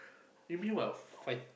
you mean while fight